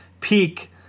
peak